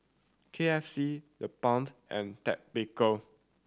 K F C TheBalm and Ted Baker